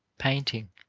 painting,